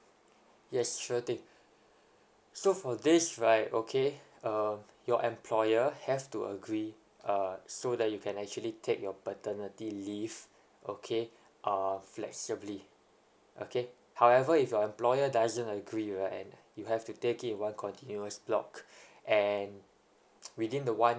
yes sure thing so for this right okay um your employer have to agree uh so that you can actually take your paternity leave okay uh flexibly okay however if your employer doesn't agree right you have to take it one continuous block and within the one